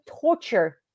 torture